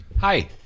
Hi